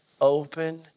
Open